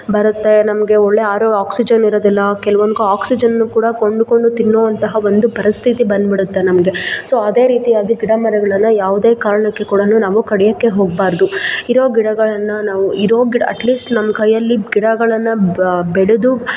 ಬರುತ್ತೆ ನಮಗೆ ಒಳ್ಳೆ ಆರೋ ಆಕ್ಸಿಜನ್ ಇರೋದಿಲ್ಲ ಕೆಲವೊಂದು ಆಕ್ಸಿಜನ್ನು ಕೂಡ ಕೊಂಡುಕೊಂಡು ತಿನ್ನುವಂತಹ ಒಂದು ಪರಿಸ್ಥಿತಿ ಬಂದ್ಬಿಡುತ್ತೆ ನಮಗೆ ಸೊ ಅದೇ ರೀತಿಯಾಗಿ ಗಿಡಮರಗಳನ್ನು ಯಾವುದೇ ಕಾರಣಕ್ಕೆ ಕೂಡ ನಾವು ಕಡಿಯೋಕ್ಕೆ ಹೋಗ್ಬಾರ್ದು ಇರೋ ಗಿಡಗಳನ್ನು ನಾವು ಇರೋ ಗಿಡ ಅಟ್ಲೀಸ್ಟ್ ನಮ್ಮ ಕೈಯ್ಯಲ್ಲಿ ಗಿಡಗಳನ್ನು ಬೆಳೆದು